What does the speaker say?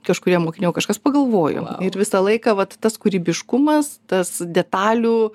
kažkurie mokiniai o kažkas pagalvojo ir visą laiką vat tas kūrybiškumas tas detalių